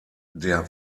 der